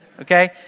Okay